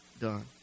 done